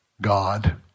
God